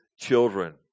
children